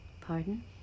Pardon